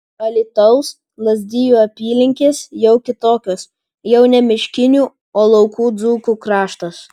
alytaus lazdijų apylinkės jau kitokios jau ne miškinių o laukų dzūkų kraštas